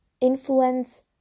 influence